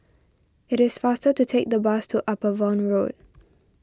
it is faster to take the bus to Upavon Road